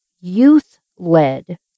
youth-led